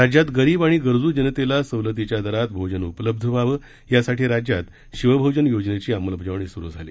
राज्यात गरीब आणि गरजू जनतेला सवलतीच्या दरात भोजन उपलब्ध व्हावं यासाठी राज्यात शिवभोजन योजनेची अंमलबजावणी सुरु झाली